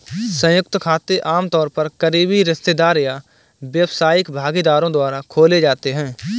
संयुक्त खाते आमतौर पर करीबी रिश्तेदार या व्यावसायिक भागीदारों द्वारा खोले जाते हैं